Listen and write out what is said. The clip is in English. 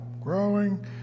growing